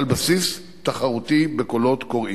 על בסיס תחרותי בקולות קוראים.